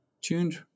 tuned